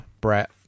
Brett